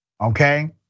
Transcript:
Okay